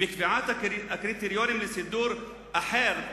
בקביעת הקריטריונים לסידור אחר,